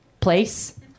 place